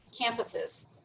campuses